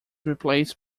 replaced